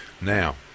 Now